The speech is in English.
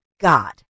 God